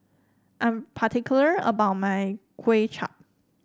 I'm particular about my Kuay Chap